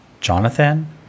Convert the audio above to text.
Jonathan